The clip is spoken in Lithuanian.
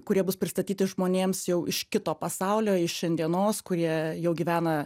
kurie bus pristatyti žmonėms jau iš kito pasaulio iš šiandienos kurie jau gyvena